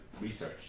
research